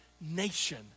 nation